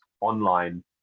online